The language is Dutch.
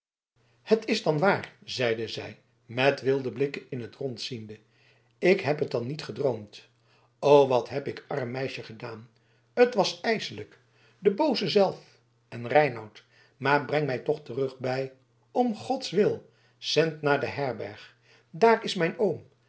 het is dan waar zeide zij met wilde blikken in het rond ziende ik heb het dan niet gedroomd o wat heb ik arm meisje gedaan het was ijselijk de booze zelf en reinout maar breng mij toch terug bij om gods wil zend naar de herberg daar is mijn oom